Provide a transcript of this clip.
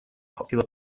popular